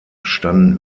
standen